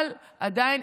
אבל עדיין,